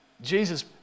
Jesus